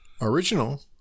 original